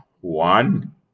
one